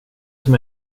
som